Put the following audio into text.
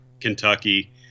kentucky